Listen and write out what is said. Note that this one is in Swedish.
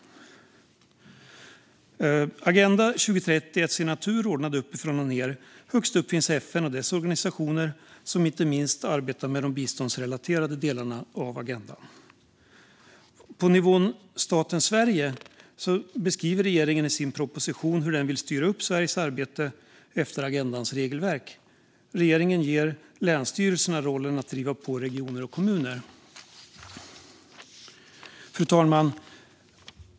Agenda 2030 är till sin natur ordnad uppifrån och ned. Högst upp finns FN och dess organisationer, som inte minst arbetar med de biståndsrelaterade delarna av agendan. På nivån staten Sverige beskriver regeringen i sin proposition hur den vill styra upp Sveriges arbete efter agendans regelverk. Regeringen ger länsstyrelserna rollen att driva på regioner och kommuner. Fru talman!